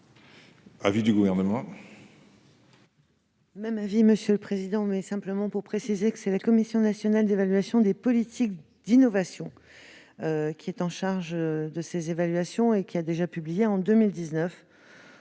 l'avis du Gouvernement ?